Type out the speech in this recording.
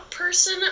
Person